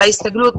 בהסתגלות.